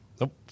Nope